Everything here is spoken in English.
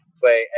play